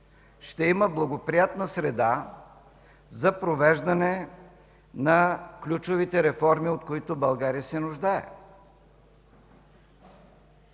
ще има благоприятна среда за провеждане на ключовите реформи, от които България се нуждае.